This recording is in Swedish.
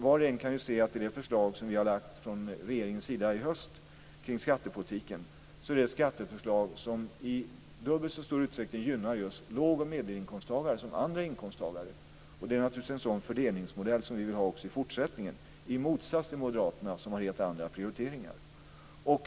Var och en kan se att det förslag som vi har lagt från regeringens sida i höst kring skattepolitiken i dubbelt så stor utsträckning gynnar just låg och medelinkomsttagare som andra inkomsttagare. Det är naturligtvis en sådan fördelningsmodell som vi vill ha också i fortsättningen, i motsats till moderaterna, som har helt andra prioriteringar.